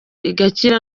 igakira